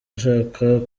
ashaka